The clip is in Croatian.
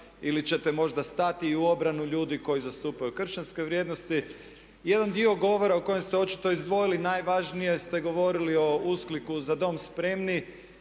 ili čete možda stati i u obranu ljudi koji zastupaju kršćanske vrijednosti? Jedan dio govora o kojem ste očito izdvojili najvažnije ste govorili o uskliku "Za dom spremni"